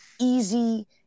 easy